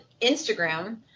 Instagram